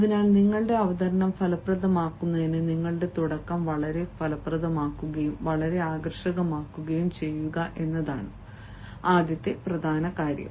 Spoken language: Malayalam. അതിനാൽ നിങ്ങളുടെ അവതരണം ഫലപ്രദമാക്കുന്നതിന് നിങ്ങളുടെ തുടക്കം വളരെ ഫലപ്രദമാക്കുകയും വളരെ ആകർഷകമാക്കുകയും ചെയ്യുക എന്നതാണ് ആദ്യത്തെ പ്രധാന കാര്യം